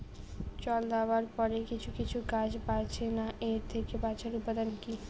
জল দেওয়ার পরে কিছু কিছু গাছ বাড়ছে না এর থেকে বাঁচার উপাদান কী?